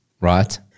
right